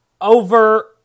over